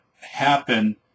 happen